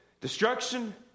Destruction